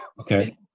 Okay